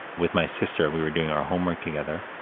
with my sister, we were doing our homework together,